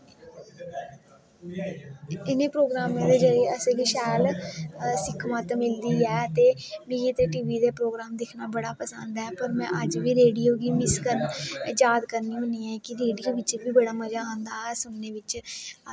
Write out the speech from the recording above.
इनें प्रोग्रामें दे जियें असेंगी शैल सिक्खमत मिलदी ऐ ते मिगी ते टीवी दे प्रोग्राम दिक्खना बड़ा पसंद ऐ पर में अज्ज बी रेडियो गी याद करनी होन्नी ऐं कि रेड़ियो बिच्च बी बड़ा मज़ा आंदा हा सुनने बिच्च